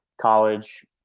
college